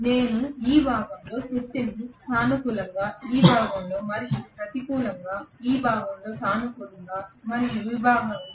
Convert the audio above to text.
నేను ఈ భాగంలో శక్తిని సానుకూలంగా ఈ భాగంలో మళ్ళీ ప్రతికూలంగా ఈ భాగంలో సానుకూలంగా మరియు ఈ భాగంలో ప్రతికూలంగా ఉండబోతున్నాను